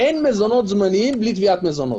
אין מזונות זמניים בלי תביעת מזונות.